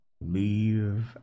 leave